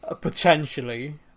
potentially